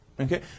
Okay